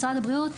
משרד הבריאות,